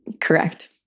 Correct